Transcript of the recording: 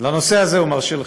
לנושא הזה הוא מרשה לך.